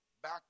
Back